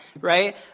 right